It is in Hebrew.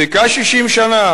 חיכה 60 שנה?